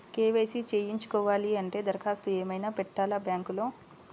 KYC చేయించుకోవాలి అంటే దరఖాస్తు ఏమయినా పెట్టాలా బ్యాంకులో?